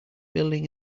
building